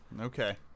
Okay